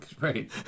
Right